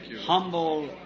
humble